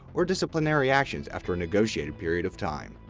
or disciplinary actions after a negotiated period of time.